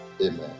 Amen